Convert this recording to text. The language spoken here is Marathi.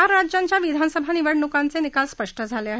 चार राज्यांच्या विधानसभा निवडणुकांचे निकाल स्पष्ट झाले आहेत